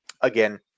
again